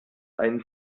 ein